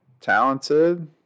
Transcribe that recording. talented